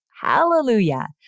Hallelujah